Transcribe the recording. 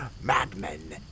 Madmen